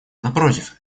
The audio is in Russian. напротив